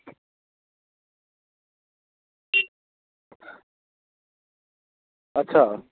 अच्छा